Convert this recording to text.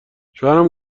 شوهرم